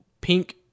pink